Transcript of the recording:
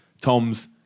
Tom's